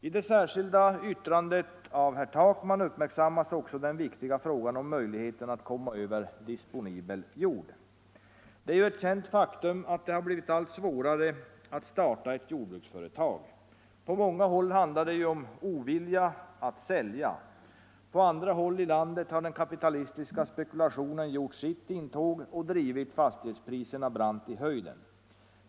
I det särskilda yttrandet av herr Takman uppmärksammas också den viktiga frågan om möjligheterna att komma över disponibel jord. Det är ett känt faktum att det har blivit allt svårare att starta ett jordbruksföretag. På många håll handlar det om ovilja att sälja. På andra håll i landet har den kapitalistiska spekulationen gjort sitt intåg och drivit fastighetspriserna brant i höjden.